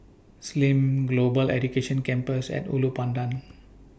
SIM Global Education Campus At Ulu Pandan